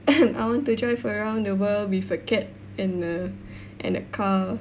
I want to drive around the world with a cat and a and a car